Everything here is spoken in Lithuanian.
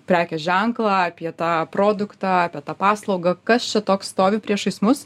prekės ženklą apie tą produktą apie tą paslaugą kas čia toks stovi priešais mus